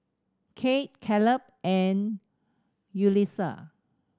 Kate Caleb and Yulisa